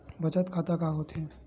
बचत खाता का होथे?